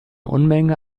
unmenge